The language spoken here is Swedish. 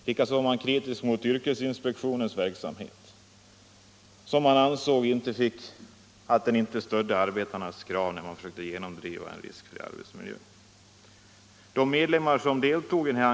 Likaså var man kritisk mot yrkesinspektionens verksamhet, som man ansåg inte stödde arbetarnas krav att försöka genomdriva en riskfri arbetsmiljö.